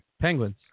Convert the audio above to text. Penguins